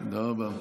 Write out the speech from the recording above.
תודה רבה.